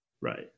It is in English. right